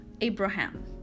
Abraham